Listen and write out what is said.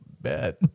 Bet